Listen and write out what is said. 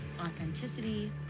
authenticity